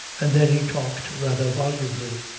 and then he talked rather volubly.